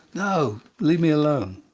no, leave me alone.